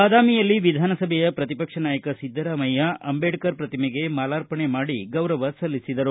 ಬಾದಾಮಿಯಲ್ಲಿ ವಿಧಾನಸಭೆಯ ಪ್ರತಿಪಕ್ಕ ನಾಯಕ ಸಿದ್ದರಾಮಯ್ಯ ಅಂಬೇಡ್ತರ್ ಪ್ರತಿಮೆಗೆ ಮಾಲಾರ್ಪಣೆ ಮಾಡಿ ಗೌರವ ಸಲ್ಲಿಸಿದರು